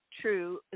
true